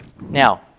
Now